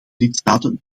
lidstaten